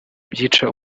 byica